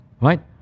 right